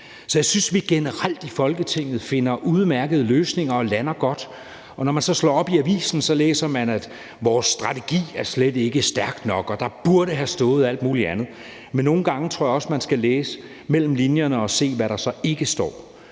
Så jeg synes, vi generelt i Folketinget finder udmærkede løsninger og lander godt, og når man så slår op i avisen, læser man, at vores strategi slet ikke er stærk nok, og at der burde have stået alt mulig andet. Men nogle gange tror jeg også, man skal læse mellem linjerne og se, hvad der så ikke står.